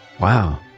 Wow